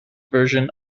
version